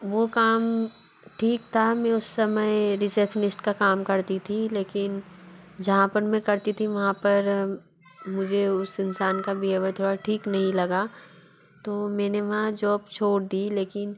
वो काम ठीक था मैं उस समय रिसेप्सनिस्ट का काम करती थी लेकिन जहाँ पर मैं करती थी वहाँ पर मुझे उस इंसान का बिहेवियर थोड़ा ठीक नहीं लगा तो मैंने वहाँ जॉब छोड़ दी लेकिन